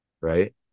right